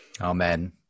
Amen